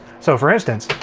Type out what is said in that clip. so for instance,